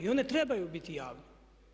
One trebaju biti javne.